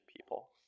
people